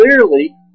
clearly